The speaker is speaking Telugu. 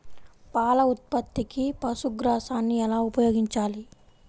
పాల ఉత్పత్తికి పశుగ్రాసాన్ని ఎలా ఉపయోగించాలి?